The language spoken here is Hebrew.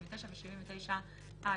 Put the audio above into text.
79 ו-79א,